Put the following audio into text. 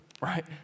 right